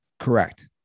correct